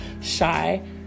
shy